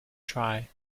try